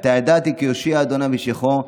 עתה ידעתי כי הושיע ה' משיחו,